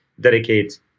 dedicate